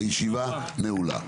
הישיבה נעולה.